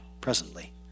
presently